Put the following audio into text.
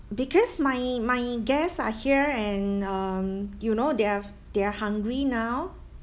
because my my guests are here and um you know they're they're hungry now